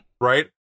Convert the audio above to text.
Right